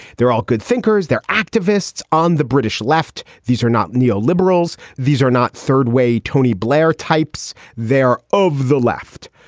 they're all good thinkers. they're activists on the british left. these are not neo liberals. these are not third way tony blair types. they're over the left.